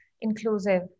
inclusive